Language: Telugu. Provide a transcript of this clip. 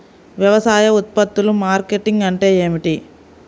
వ్యవసాయ ఉత్పత్తుల మార్కెటింగ్ అంటే ఏమిటి?